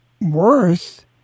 worth